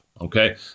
okay